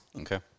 Okay